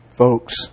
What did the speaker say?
folks